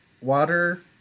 water